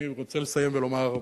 אני רוצה לסיים ולומר,